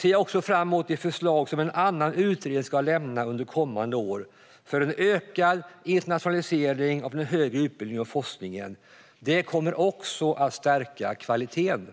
ser jag också fram mot de förslag som en annan utredning ska lämna under kommande år om en ökad internationalisering av den högre utbildningen och forskningen. Det kommer också att stärka kvaliteten.